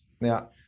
Now